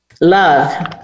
love